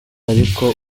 ariko